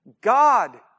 God